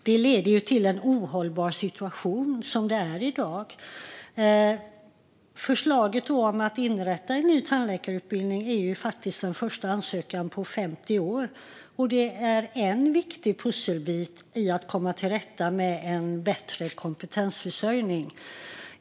Det leder till en ohållbar situation. Förslaget om att inrätta en ny tandläkarutbildning är faktiskt den första ansökan på 50 år. Och det är en viktig pusselbit i att komma till rätta med denna brist och få en bättre kompetensförsörjning.